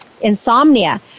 insomnia